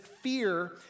fear